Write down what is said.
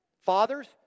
Fathers